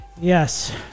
yes